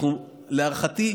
להערכתי,